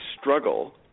struggle